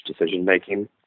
decision-making